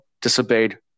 disobeyed